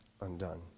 undone